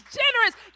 generous